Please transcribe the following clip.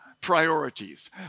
priorities